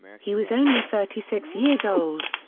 he was only thirty six years old.